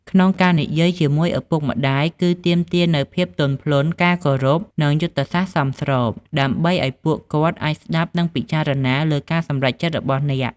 ក្នុងការនិយាយជាមួយឪពុកម្ដាយគឺទាមទារនូវភាពទន់ភ្លន់ ការគោរព និងយុទ្ធសាស្ត្រសមស្រប ដើម្បីឱ្យពួកគាត់អាចស្ដាប់និងពិចារណាលើការសម្រេចចិត្តរបស់អ្នក។